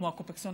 כמו הקופקסון